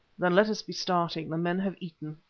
then let us be starting the men have eaten.